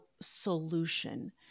solution